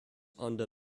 under